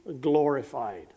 glorified